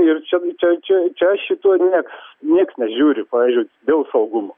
ir čia čia čia šito niekas niekas nežiūri pavyzdžiui dėl saugumo